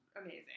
amazing